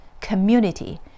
community